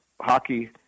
hockey